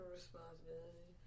Responsibility